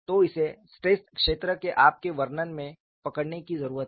तो इसे स्ट्रेस क्षेत्र के आपके वर्णन में पकड़ने की जरूरत है